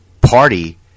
party